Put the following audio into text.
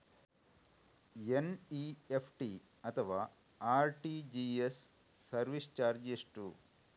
NEFT ಅಥವಾ RTGS service charge ಎಷ್ಟು?